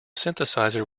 synthesizer